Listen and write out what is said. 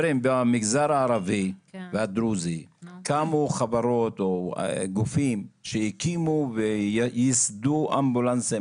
במגזר הערבי והדרוזי קמו חברות וגופים שהקימו וייסדו אמבולנסים,